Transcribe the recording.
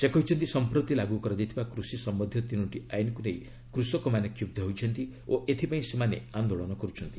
ସେ କହିଛନ୍ତି ସମ୍ପ୍ରତି ଲାଗୁ କରାଯାଇଥିବା କୃଷି ସମ୍ବନ୍ଧୀୟ ତିନୋଟି ଆଇନ୍କୁ ନେଇ କୃଷକମାନେ କ୍ଷୁହ୍ ହୋଇଛନ୍ତି ଓ ଏଥିପାଇଁ ସେମାନେ ଆନ୍ଦୋଳନ କରୁଛନ୍ତି